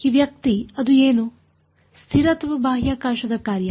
ಈ ವ್ಯಕ್ತಿ ಅದು ಏನು ಸ್ಥಿರ ಅಥವಾ ಬಾಹ್ಯಾಕಾಶದ ಕಾರ್ಯ